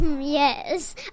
Yes